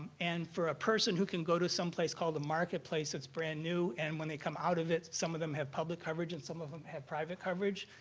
and for a person who can go to some place called the marketplace, it's brand new and when they come out of it, some of them have public coverage and some of them have private coverage.